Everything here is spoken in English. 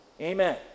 Amen